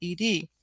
ED